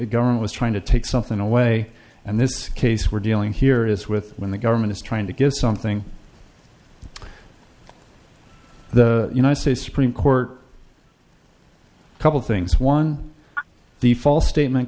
government was trying to take something away and this case we're dealing here is with when the government is trying to give something the united states supreme court a couple things one the false statement